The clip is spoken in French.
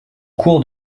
cours